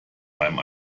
meinem